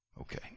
Okay